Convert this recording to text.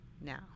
now